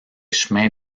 chemins